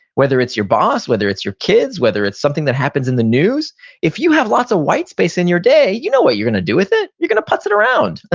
whether it's your boss, whether it's your kids, whether it's something that happens in the news if you have lots of white space in your day, you know what you're going to do with it. you're going to putz it around. ah